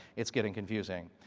it's getting confusing.